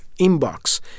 inbox